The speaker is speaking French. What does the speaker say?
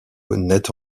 naît